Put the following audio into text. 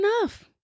enough